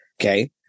Okay